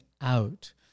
out